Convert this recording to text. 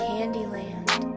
Candyland